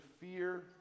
fear